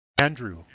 Andrew